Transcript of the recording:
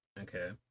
Okay